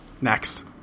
Next